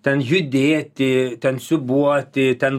ten judėti ten siūbuoti ten